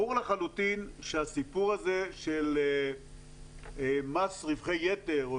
ברור לחלוטין שהסיפור הזה של מס רווחי יתר או